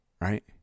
right